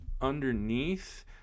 underneath